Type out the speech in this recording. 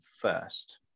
first